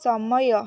ସମୟ